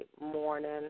morning